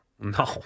No